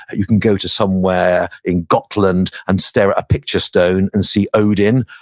you can go to somewhere in gotland and stare at a picture stone and see odin.